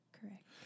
Correct